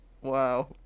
wow